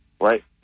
right